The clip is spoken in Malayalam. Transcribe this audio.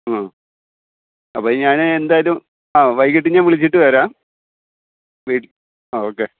ആ അപ്പോൾ ഞാന് എന്തായാലും ആ വൈകിട്ട് ഞാൻവിളിച്ചിട്ട് വരാം വീ ആ ഓക്കേ ഓക്കേ